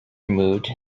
moved